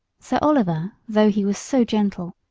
sir oliver, though he was so gentle,